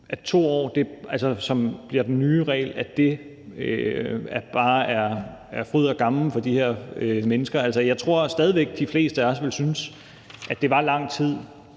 at 2 år, som bliver den nye regel, bare er fryd og gammen for de her mennesker. Jeg tror stadig væk, de fleste af os ville synes, at det var lang tid